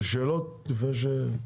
יש שאלות, לפני שנמשיך?